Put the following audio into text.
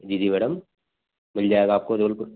जी जी मैडम मिल जाएगा आपको जबलपुर